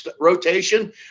rotation